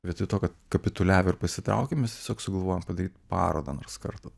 vietoj to kad kapituliavę ir pasitraukėm mes tiesiog sugalvojom padaryt parodą nors kartą